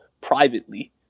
privately